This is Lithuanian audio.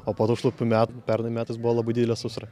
o po to šlapių metų pernai metais buvo labai didelė sausra